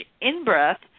in-breath